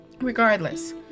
regardless